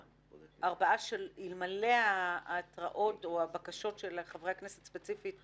דגל --- אתה נותן פה הרצאה על חשיבות הדגל זה